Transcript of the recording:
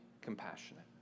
compassionate